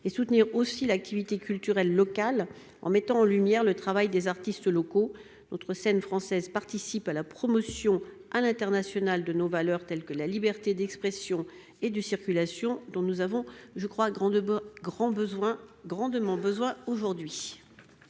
de soutenir l'activité culturelle locale, en mettant en lumière le travail des artistes locaux. La scène française participe, dans le monde entier, à la promotion de nos valeurs, telles que la liberté d'expression et de circulation, dont nous avons grandement besoin aujourd'hui.